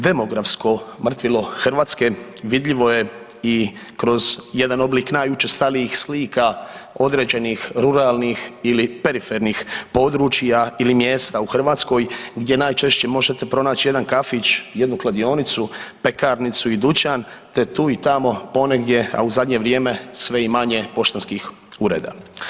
Demografsko mrtvilo Hrvatske vidljivo je i kroz jedan oblik najučestalijih slika određenih ruralnih ili perifernih područja ili mjesta u Hrvatskoj gdje najčešće možete pronaći jedan kafić, jednu kladionicu, pekarnicu i dućan te tu i tamo ponegdje, a u zadnje vrijeme sve i manje poštanskih ureda.